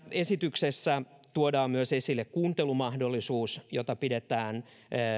esityksessä tuodaan esille myös kuuntelumahdollisuus jota pidetään